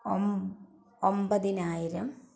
ഒമ്പതിനായിരം